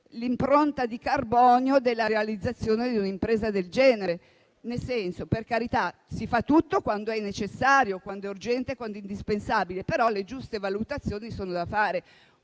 l'impronta di carbonio della realizzazione di un'impresa del genere. Per carità, si fa tutto quando è necessario, quando è urgente e quando è indispensabile, però le giuste valutazioni sono da fare.